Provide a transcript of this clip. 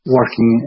working